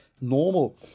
normal